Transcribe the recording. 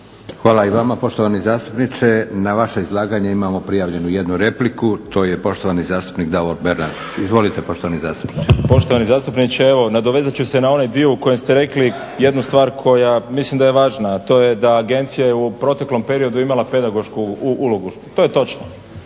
Hvala i vama. Poštovani zastupniče na vaše izlaganje imamo prijavljenu jednu repliku. To je poštovani zastupnik Davor Bernardić. Izvolite poštovani zastupniče. **Bernardić, Davor (SDP)** Poštovani zastupniče, evo nadovezat ću se na onaj dio u kojem ste rekli jednu stvar koja mislim da je važna, a to je da Agencija je u proteklom periodu imala pedagošku ulogu. To je točno.